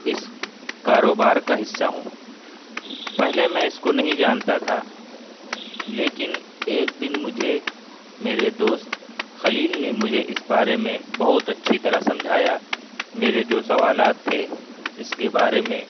اس کاروبار کا حصہ ہوں پہلے میں اس کو نہیں جانتا تھا لیکن ایک دن مجھے میرے دوست خلیل نے مجھے اس بارے میں بہت اچھی طرح سمجھایا میرے جو سوالات تھے اس کے بارے میں